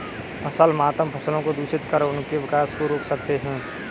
फसल मातम फसलों को दूषित कर उनके विकास को रोक सकते हैं